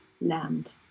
land